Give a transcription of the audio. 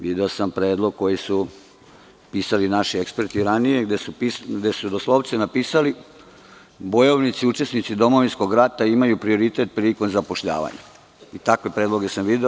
Video sam predlog koji su pisali naši eksperti ranije, gde su doslovce napisali bojovnici, učesnici domovinskog rata imaju prioritet prilikom zapošljavanja, i takve predloge sam video.